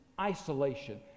isolation